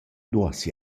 duos